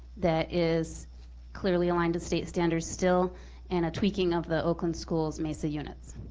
that is clearly aligned to state standards still and a tweaking of the oakland schools maisa units